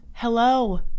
Hello